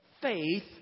Faith